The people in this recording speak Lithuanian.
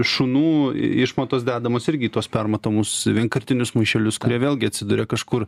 šunų išmatos dedamos irgi į tuos permatomus vienkartinius maišelius kurie vėlgi atsiduria kažkur